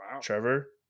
Trevor